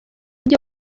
ibyo